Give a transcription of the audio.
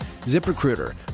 ZipRecruiter